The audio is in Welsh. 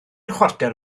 chwarter